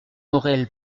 morel